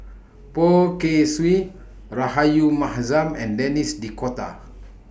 Poh Kay Swee Rahayu Mahzam and Denis D'Cotta